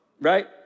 right